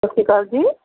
ਸਤਿ ਸ਼੍ਰੀ ਅਕਾਲ ਜੀ